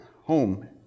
home